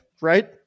right